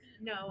No